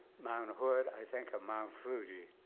mount hood, i think of mount fuji.